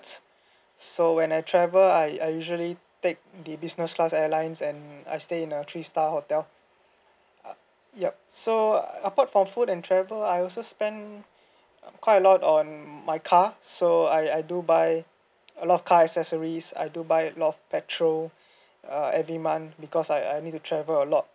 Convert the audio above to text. so when I travel I I usually take the business class airlines and I stay in a three star hotel uh yup so uh apart from food and travel I also spend quite a lot on um my car so I I do buy a lot of car accessories I do buy a lot of petrol uh every month because I I need to travel a lot